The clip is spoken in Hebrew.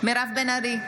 מירב בן ארי,